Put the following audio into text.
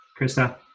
Krista